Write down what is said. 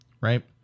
Right